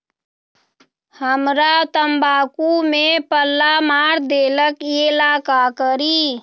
हमरा तंबाकू में पल्ला मार देलक ये ला का करी?